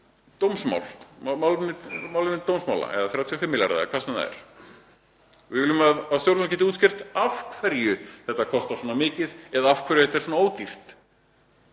í málefni dómsmála, eða 35 milljarða eða hvað sem það er. Við viljum að stjórnvöld geti útskýrt af hverju þetta kostar svona mikið eða af hverju þetta er svona ódýrt